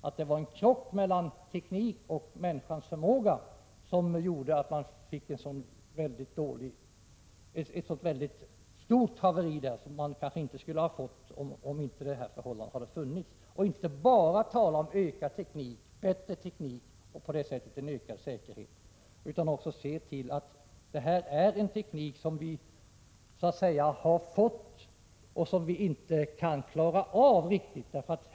Där skedde en krock mellan tekniken och människans förmåga att hantera den som gjorde att haveriet blev så omfattande. Det skulle kanske inte blivit så omfattande om det inte varit för detta förhållande. Man skall inte bara tala om ökad teknik, bättre teknik och därigenom en ökad säkerhet, utan man måste också tänka på att detta är en teknik som vi så att säga fått och som vi inte riktigt kan klara av.